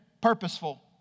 purposeful